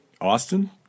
Austin